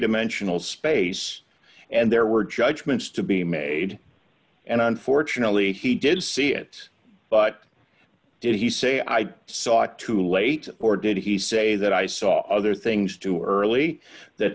dimensional space and there were judgments to be made and unfortunately he did see it but did he say i saw too late or did he say that i saw other things too early that